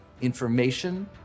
information